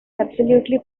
absolutely